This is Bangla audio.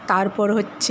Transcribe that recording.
তারপর হচ্ছে